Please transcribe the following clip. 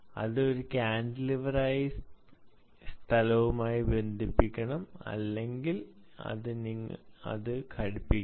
അത് ഒരു കാന്റിലിവറായി ബന്ധിപ്പിക്കണം അല്ലെങ്കിൽ നിങ്ങൾ അത് ഘടിപ്പിക്കണം